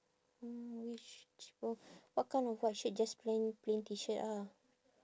mm it's cheaper what kind of what shade just plain plain T shirt ah